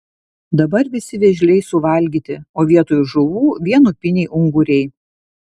dabar visi vėžliai suvalgyti o vietoj žuvų vien upiniai unguriai